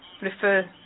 refer